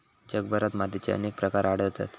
जगभरात मातीचे अनेक प्रकार आढळतत